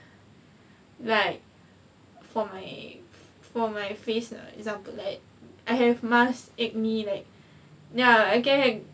like for my for my face lah example like I have mask acne like ya it can